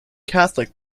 catholic